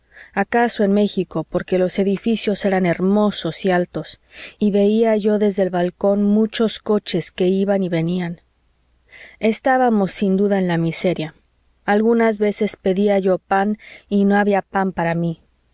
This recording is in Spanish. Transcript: acaso en méxico porque los edificios eran hermosos y altos y veía yo desde el balcón muchos coches que iban y venían estábamos sin duda en la miseria algunas veces pedía yo pan y no había pan para mí